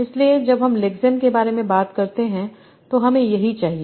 इसलिए जब हम लेक्सेम के बारे में बात करते हैं तो हमें यही चाहिए